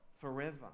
forever